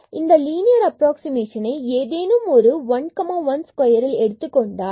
இந்த லினியர் அப்ராக்ஸிமேஷனை ஏதேனும் ஒரு 1 1 ஸ்கொயரில் எடுத்துக்கொண்டால் பின்பு x 0